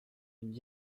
and